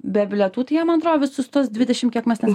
be bilietų tai jie man atrodo visus tuos dvidešim kiek mes ten